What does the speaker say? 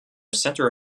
center